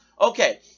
Okay